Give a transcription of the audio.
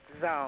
zone